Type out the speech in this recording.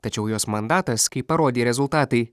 tačiau jos mandatas kaip parodė rezultatai